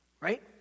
Right